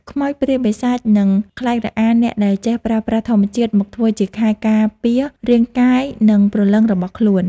ខ្មោចព្រាយបិសាចនឹងខ្លាចរអាអ្នកដែលចេះប្រើប្រាស់ធម្មជាតិមកធ្វើជាខែលការពាររាងកាយនិងព្រលឹងរបស់ខ្លួន។